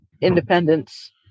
independence